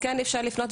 אז כן אפשר לפנות.